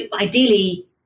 ideally